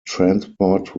transport